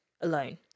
alone